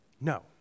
No